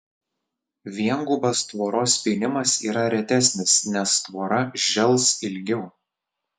viengubas tvoros pynimas yra retesnis nes tvora žels ilgiau